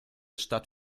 stadt